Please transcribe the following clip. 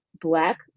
Black